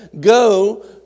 go